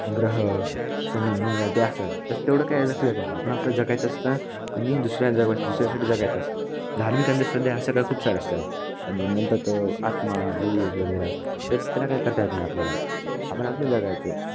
ग्रह शनि मंगळ ते असतं असतं तसं तेवढं काय लक्ष येत नसं आपण आपल्या जगायचं असतं आणि दुसऱ्या जगा दुसऱ्यासाठी जगाचं असतं धार्मिक अंधश्रद्धा असं काय खूप सारे असतात आणि म्हणतात आत्मा भूतवगैरे ते त्याला काय करता येत नाही आपल्याला आपण आपल्या जगायचं